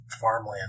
farmland